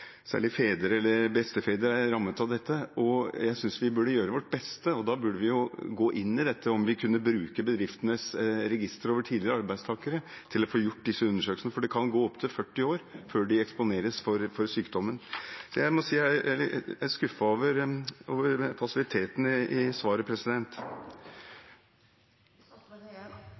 særlig fedre eller bestefedre er rammet av dette. Jeg synes vi burde gjøre vårt beste, og da burde vi gå inn i om vi kunne bruke bedriftenes registre over tidligere arbeidstakere til å få gjort disse undersøkelsene, for det kan gå opp til 40 år før de eksponeres for sykdommen. Jeg må si jeg er skuffet over passiviteten i svaret. Det bringer oss over på det som jeg var i